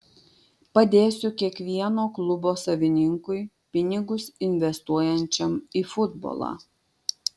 padėsiu kiekvieno klubo savininkui pinigus investuojančiam į futbolą